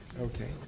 Okay